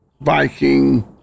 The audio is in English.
Viking